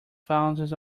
thousands